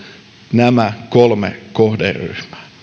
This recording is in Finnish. nämä kolme kohderyhmää